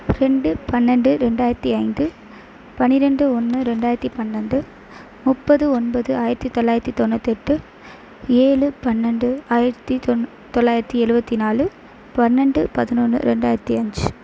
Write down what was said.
ரெண்டு பன்னெண்டு ரெண்டாயிரத்தி ஐந்து பனிரெண்டு ஒன்று ரெண்டாயிரத்தி பன்னெண்டு முப்பது ஒன்பது ஆயிரத்தி தொள்ளாயிரத்தி தொண்ணூற்றி எட்டு ஏழு பன்னெண்டு ஆயிரத்தி தொள்ளாயிரத்தி எழுபத்தி நாலு பன்னெண்டு பதினொன்னு ரெண்டாயிரத்தி அஞ்சு